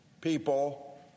People